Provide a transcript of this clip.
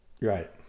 Right